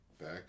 back